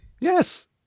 Yes